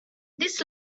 this